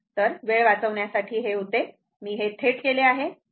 तर वेळ वाचविण्यासाठी हे होते मी ते थेट केले आहे